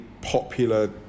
popular